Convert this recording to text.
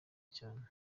cyane